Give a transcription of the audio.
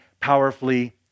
powerfully